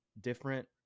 different